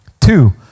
Two